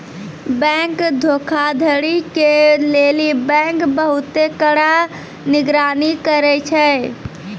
bank धोखाधड़ी के लेली बैंक बहुते कड़ा निगरानी करै छै